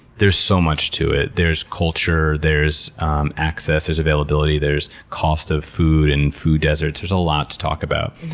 there's so much to it. there's culture, there's um access, there's availability, there's cost of food, and food deserts. there's a lot to talk about.